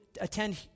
attend